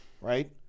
right